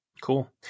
cool